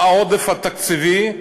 מה העודף התקציבי?